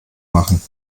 machen